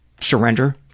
surrender